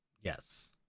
Yes